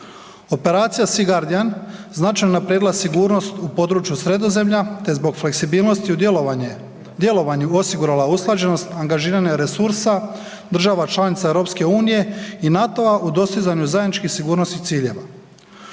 Operacija „Sea guardian“ značajno je unaprijedila sigurnost u području Sredozemlja te zbog fleksibilnosti u djelovanju osigurala usklađenost angažiranih resursa država članica EU-a i NATO-a u dostizanju zajedničkih sigurnosnih ciljeva.